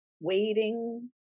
waiting